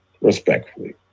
respectfully